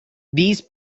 these